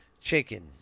chicken